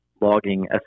logging